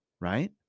right